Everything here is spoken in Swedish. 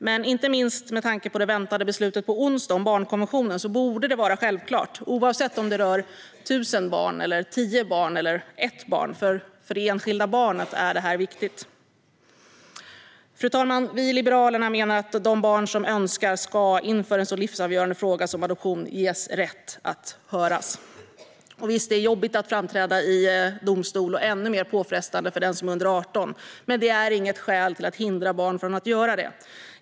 Men inte minst med tanke på det väntade beslutet på onsdag om barnkonventionen borde det här vara självklart, oavsett om det rör 1 000 barn, 10 barn eller 1 barn; för det enskilda barnet är det viktigt. Fru talman! Vi i Liberalerna menar att de barn som så önskar ska ges rätt att höras inför en så livsavgörande fråga som adoption. Visst är det jobbigt att framträda i domstol, och det är ännu mer påfrestande för den som är under 18, men det är inget skäl till att hindra barnet från att göra det.